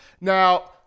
Now